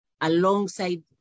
alongside